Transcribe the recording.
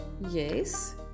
yes